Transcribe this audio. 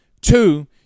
Two